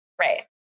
Right